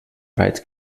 weit